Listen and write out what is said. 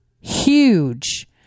huge